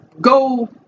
go